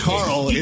Carl